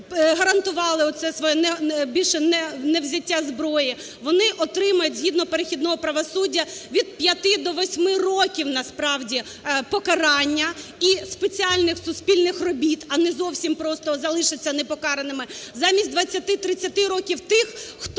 гарантували оце своє більше невзяття зброї, вони отримають згідно перехідного правосуддя від 5 до 8 років насправді покарання і спеціальних суспільних робіт, а не зовсім просто залишаться непокараними, замість 20-30 років тих хто